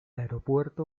aeropuerto